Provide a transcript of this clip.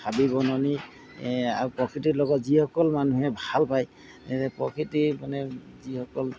হাবি বননিয়ে আৰু প্ৰকৃতিৰ লগত যিসকল মানুহে ভাল পায় প্ৰকৃতি মানে যিসকল